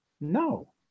No